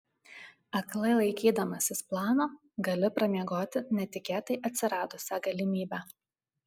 aklai laikydamasis plano gali pramiegoti netikėtai atsiradusią galimybę